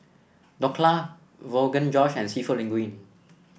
Dhokla Rogan Josh and seafood Linguine